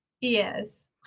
yes